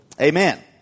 Amen